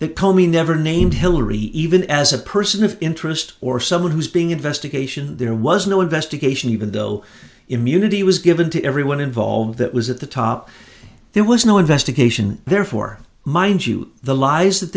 coming never named hillary even as a person of interest or someone who's being investigation there was no investigation even though immunity was given to everyone involved that was at the top there was no investigation therefore mind you the lies that